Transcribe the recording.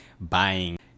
buying